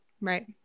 Right